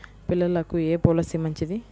పిల్లలకు ఏ పొలసీ మంచిది?